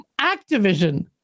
Activision